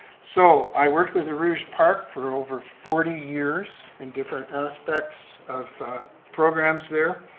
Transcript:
so i worked with the rouge park for over forty years in different aspects of programs there,